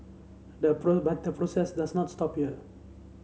the but the process does not stop here